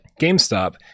GameStop